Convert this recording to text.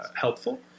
helpful